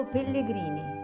Pellegrini